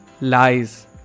lies